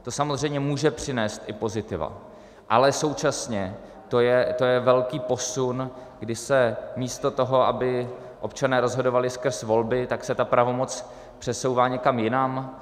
To samozřejmě může přinést i pozitiva, ale současně to je velký posun, kdy se místo toho, aby občané rozhodovali skrz volby, tak se ta pravomoc přesouvá někam jinam.